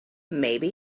maybe